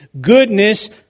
goodness